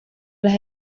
las